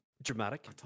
Dramatic